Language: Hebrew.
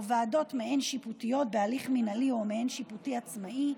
ועדות מעין שיפוטיות בהליך מינהלי או מעין שיפוטי עצמאי,